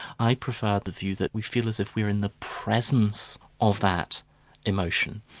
i prefer the view that we feel as if we're in the presence of that emotion,